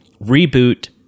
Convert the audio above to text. reboot